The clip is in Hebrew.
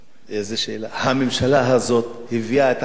הממשלה הזאת הביאה את החקלאות לפשיטת רגל.